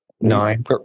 nine